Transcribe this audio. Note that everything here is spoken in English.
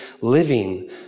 living